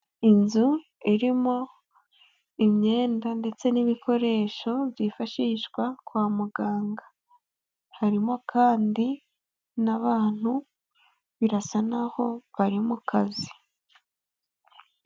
Inzu irimo imyenda ndetse n'ibikoresho byifashishwa kwa muganga harimo kandi n'abantu birasa nkaho bari mu kazi.